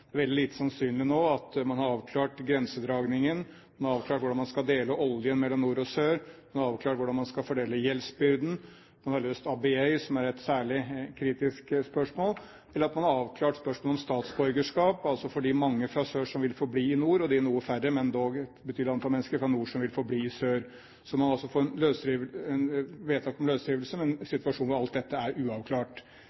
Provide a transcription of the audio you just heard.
Det er veldig lite sannsynlig nå at man har avklart grensedragningen, at man har avklart hvordan man skal dele oljen mellom nord og sør, at man har avklart hvordan man skal fordele gjeldsbyrden, at man har løst Abiey, som er et særlig kritisk spørsmål, eller at man har avklart spørsmål om statsborgerskap for de mange fra sør som vil forbli i nord, og de noe færre, men dog et betydelig antall mennesker, fra nord som vil forbli i sør. Man får altså et vedtak om en løsrivelse. Men situasjonen for alt dette er uavklart. Det er opplagt en